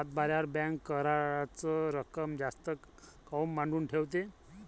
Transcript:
सातबाऱ्यावर बँक कराच रक्कम जास्त काऊन मांडून ठेवते?